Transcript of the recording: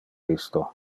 isto